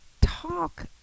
talk